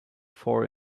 four